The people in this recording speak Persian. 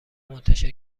منتشر